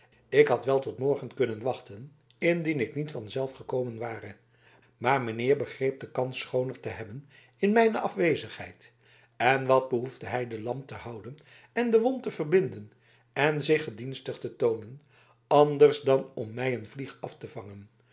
ik had wel tot morgen kunnen wachten indien ik niet van zelf gekomen ware maar mijnheer begreep de kans schooner te hebben in mijne afwezigheid en wat behoefde hij de lamp te houden en de wond te verbinden en zich gedienstig te toonen anders dan om mij een vlieg af te vangen